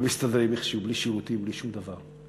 ומסתדרים איכשהו, בלי שירותים, בלי שום דבר.